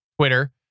Twitter